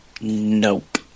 Nope